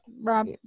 Rob